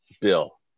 Bill